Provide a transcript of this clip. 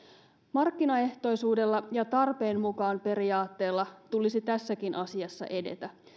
markkinaehtoisuudella ja tarpeen mukaan periaatteella tulisi tässäkin asiassa edetä